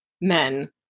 men